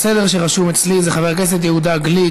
הסדר שרשום אצלי זה חבר הכנסת יהודה גליק,